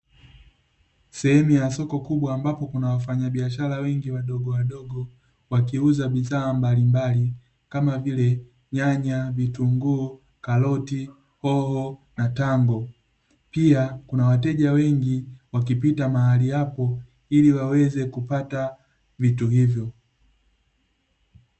Sehemu ya soko kubwa ambapo kuna wafanyabiashara wengi wadogowadogo, wakiuza bidhaa mbalimbali kama vile: nyanya, vitunguu, karoti, hoho, matango, bamia; na wateja wengi wakipita mahali hapo ili waweze kupata vitu hivyo.